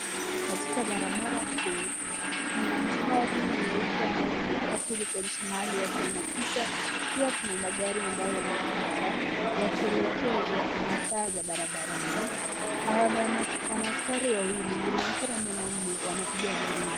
Katika barabara kuu kuna mistari mieupe ambaye imekatwa hili kuonyesha mahali watu wanapita pia kuna magari ambayo yanapita yakielekezwa na taa za barabarani wana askari wawili mwanamke na mwanaume wanapiga doria.